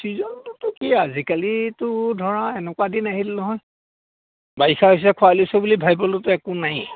চিজনটোতো কি আজিকালিতো ধৰা এনেকুৱা দিন আহিল নহয়